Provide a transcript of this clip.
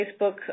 Facebook